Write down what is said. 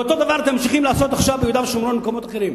ואותו דבר אתם ממשיכים לעשות עכשיו ביהודה ושומרון ובמקומות אחרים.